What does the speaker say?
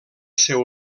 seu